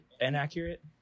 inaccurate